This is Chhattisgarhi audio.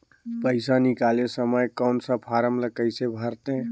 पइसा निकाले समय कौन सा फारम ला कइसे भरते?